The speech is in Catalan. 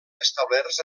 establerts